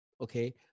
okay